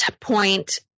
point